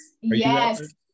yes